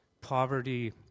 poverty